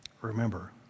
remember